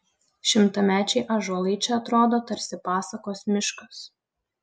šimtamečiai ąžuolai čia atrodo tarsi pasakos miškas